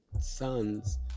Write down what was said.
sons